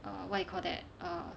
what you call that err